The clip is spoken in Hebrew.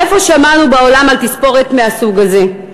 איפה שמענו בעולם על תספורת מהסוג הזה,